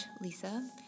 Lisa